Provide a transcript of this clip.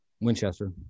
Winchester